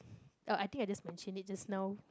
oh I think I just mention it just now